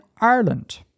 Ireland